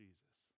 Jesus